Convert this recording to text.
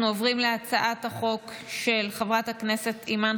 אנחנו עוברים להצבעה על הצעת החוק של חברת הכנסת אימאן